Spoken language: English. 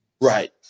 Right